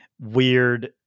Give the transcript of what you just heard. weird